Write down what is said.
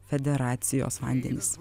federacijos vandenis